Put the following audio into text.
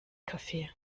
kaffee